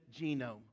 genome